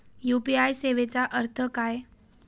UPI सेवेचा अर्थ काय?